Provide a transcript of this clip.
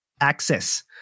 access